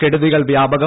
കെടുതികൾ വ്യാപകം